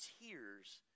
tears